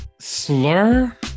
Slur